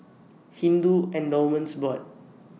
Hindu Endowments Board